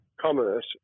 commerce